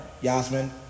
Yasmin